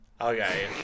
Okay